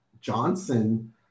Johnson